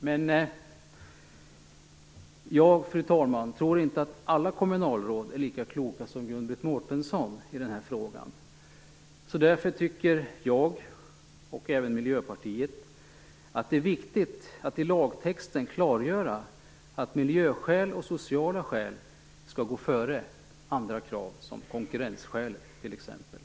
Men jag tror inte, fru talman, att alla kommunalråd är lika kloka som Gun Britt Mårtensson i den här frågan. Därför tycker jag och även Miljöpartiet att det är viktigt att i lagtexten klargöra att miljöskäl och sociala skäl skall gå före andra krav, som t.ex. konkurrenskälet. Tack för ordet.